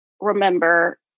remember